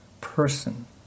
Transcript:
person